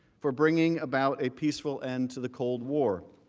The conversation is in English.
for bringing about a peaceful end to the cold war.